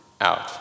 out